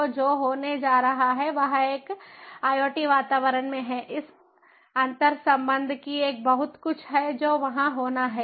तो जो होने जा रहा है वह एक IoT वातावरण में है इस अंतरसंबंध की एक बहुत कुछ है जो वहाँ होना है